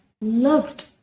loved